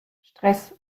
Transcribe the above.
stress